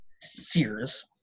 Sears